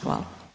Hvala.